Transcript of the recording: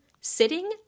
sitting